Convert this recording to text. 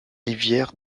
rivière